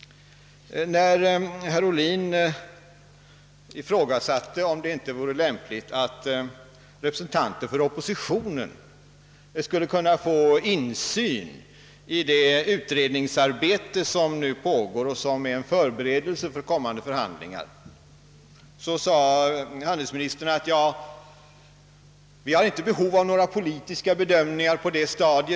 vore lämpligt att representanter för oppositionen fick insyn i det utredningsarbete som nu pågår och som är en förberedelse för kommande förhandlingar. Handelsministern svarade då ungefär så här: Vi har inte behov av någon politisk bedömning på det stadiet.